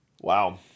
Wow